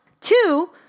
Two